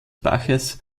baches